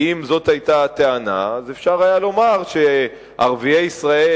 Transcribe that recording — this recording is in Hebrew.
כי אם זאת היתה הטענה אז אפשר היה לומר שערביי ישראל,